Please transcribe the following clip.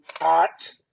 hot